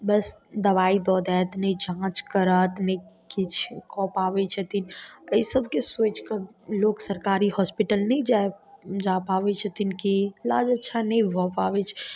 बस दबाइ दऽ देत नहि जाँच करत नहि किछु कऽ पाबै छथिन एहि सबके सोचिकऽ लोक सरकारी हॉस्पिटल नहि जाय पाबै छथिन कि लागै छनि नही भऽ पाबै छै